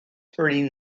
hurting